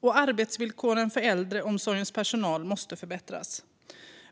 Och arbetsvillkoren för äldreomsorgens personal måste förbättras.